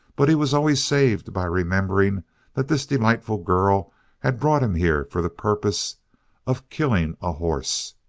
but he was always saved by remembering that this delightful girl had brought him here for the purpose of killing a horse.